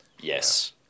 Yes